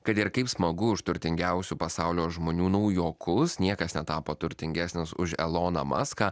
kad ir kaip smagu už turtingiausių pasaulio žmonių naujokus niekas netapo turtingesnis už eloną maską